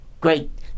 Great